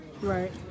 Right